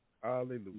Hallelujah